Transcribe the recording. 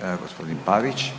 **Radin, Furio